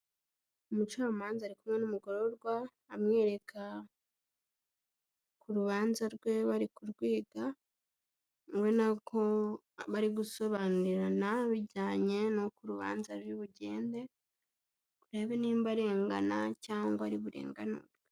Umucamanza ari kumwe n'umugororwa amwereka uko urubanza rwe bari kurwiga, ubona ko bari gusobanurana ibijyanye n'uko urubanza ruri bugende, urebe nimba arengana cyangwa ari burenganurwe.